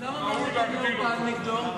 אז למה אמרתם שנתניהו פעל נגדו?